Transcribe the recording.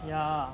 ya